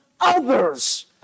others